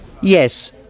Yes